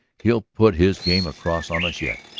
he'll put his game across on us yet.